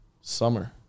Summer